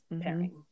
pairing